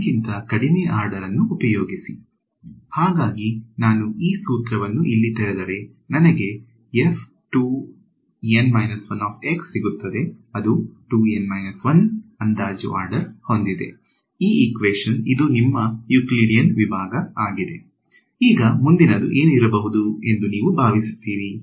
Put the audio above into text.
N ಗಿಂತ ಕಡಿಮೆ order ಅನ್ನು ಉಪಯೋಗಿಸಿ ಹಾಗಾಗಿ ನಾನು ಈ ಸೂತ್ರವನ್ನು ಇಲ್ಲಿ ತೆರೆದರೆ ನನಗೆ ಸಿಗುತ್ತದೆ ಅದು 2 N 1 ಅಂದಾಜು ಆರ್ಡರ್ ಹೊಂದಿದೆ ಇದು ನಿಮ್ಮ ಯೂಕ್ಲಿಡಿಯನ್ ವಿಭಾಗ ಆಗಿದೆ ಈಗ ಮುಂದಿನದು ಏನು ಇರಬಹುದು ಎಂದು ನೀವು ಭಾವಿಸುತ್ತೀರಿ